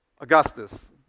Augustus